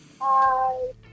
Hi